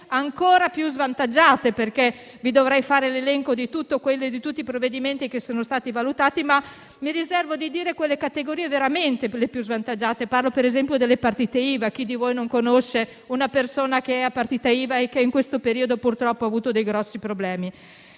ancora più svantaggiate. Vi dovrei fare l'elenco di tutti i provvedimenti che sono stati valutati, ma mi riservo di dire che si tratta delle categorie veramente più svantaggiate: parlo ad esempio delle partite IVA. Chi di voi non conosce una persona con una partita IVA che in questo periodo purtroppo ha avuto dei grossi problemi?